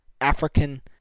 African